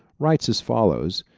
writes as follows,